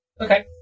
okay